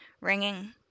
Ringing